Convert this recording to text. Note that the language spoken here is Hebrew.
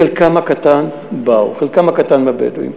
חלקם הקטן באו, חלקם הקטן, מהבדואים.